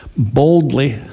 Boldly